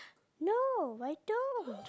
no I don't